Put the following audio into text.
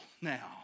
now